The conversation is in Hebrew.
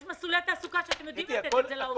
יש מסלולי תעסוקה שאתם יודעים לתת את זה לעובדים.